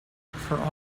for